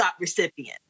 recipient